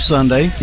Sunday